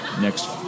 next